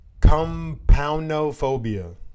Compoundophobia